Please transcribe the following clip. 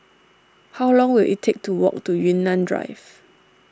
how long will it take to walk to Yunnan Drive